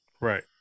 Right